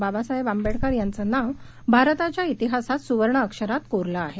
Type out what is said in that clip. बाबासाहेब आंबेडकर यांचं नाव भारताच्या इतिहासात स्वर्ण अक्षरात कोरलं आहे